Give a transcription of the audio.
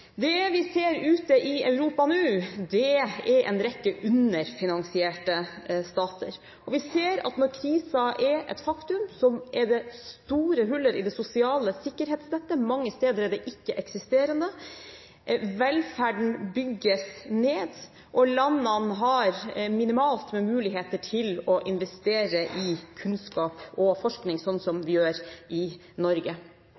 Det vi ser ute i Europa nå, er en rekke underfinansierte stater, og vi ser at når krisen er et faktum, er det store huller i det sosiale sikkerhetsnettet. Mange steder er det ikke-eksisterende. Velferden bygges ned, og landene har minimalt med muligheter til å investere i kunnskap og forskning, noe som vi gjør i Norge.